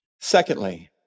Secondly